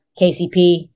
KCP